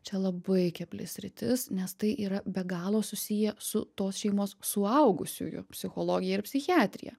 čia labai kebli sritis nes tai yra be galo susiję su tos šeimos suaugusiųjų psichologija ir psichiatrija